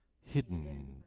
hidden